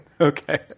Okay